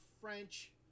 french